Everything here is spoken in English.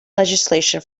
legislation